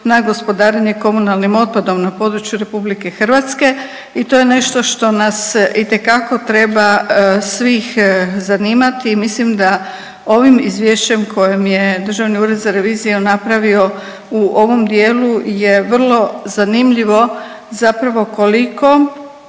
na gospodarenje komunalnim otpadom na području RH i to je nešto što nas itekako treba svih zanimati i mislim da ovim izvješćem kojim je Državni ured za reviziju napravio u ovom dijelu je vrlo zanimljivo zapravo koliko